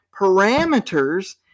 parameters